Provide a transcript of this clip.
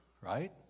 Right